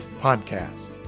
podcast